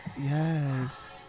Yes